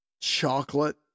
chocolate